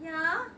yeah